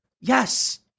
yes